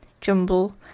jumble